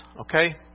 Okay